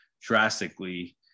drastically